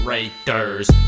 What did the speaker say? Raiders